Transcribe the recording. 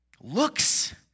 looks